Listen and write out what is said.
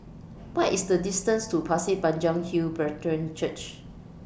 What IS The distance to Pasir Panjang Hill Brethren Church